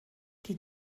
die